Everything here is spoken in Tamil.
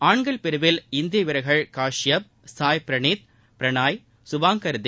ஆண்கள் பிரிவில் இந்திய வீரர்கள் காஷ்யப் சாய் பிரனீத் பிரனாய் சுபாங்கர் தே